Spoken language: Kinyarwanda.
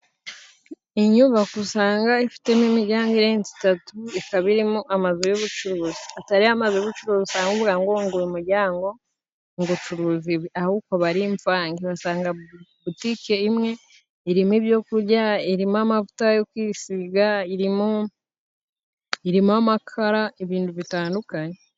Inyubako usanga ifitemo imijyango irenze itatu, ikaba irimo amazu y'ubucuruzi, atari ya mazu y'ubucuruzi ahubwo ngo uyu mujyango ucuruza ibi, ahubwo aba ari imvange. Usanga butike imwe irimo ibyo kujya, irimo amavuta yo kwisiga, irimo irimo amakara, ibintu bitandukanye.